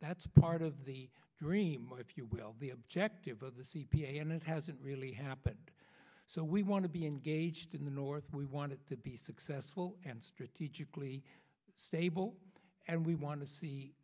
that's part of the dream if you will the objective of the c p a and it hasn't really happened so we want to be engaged in the north we want it to be successful and strategically stable and we wan